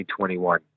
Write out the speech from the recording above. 2021